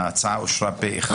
ההצעה אושרה פה אחד.